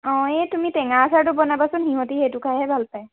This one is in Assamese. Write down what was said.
অঁ এই তুমি টেঙা আচাৰটো বনাবাচোন সিহঁতি সেইটো খাইহে ভাল পায়